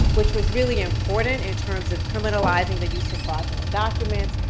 which was really important in terms of criminalizing the use of fraudulent documents.